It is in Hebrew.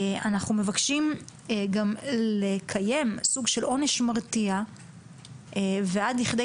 אנחנו מבקשים גם לקיים סוג של עונש מרתיע ועד לכדי